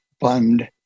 fund